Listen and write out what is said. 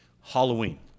Halloween